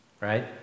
right